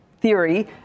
theory